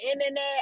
internet